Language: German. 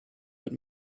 mit